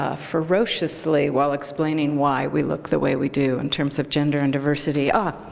ah ferociously while explaining why we look the way we do in terms of gender and diversity. ah,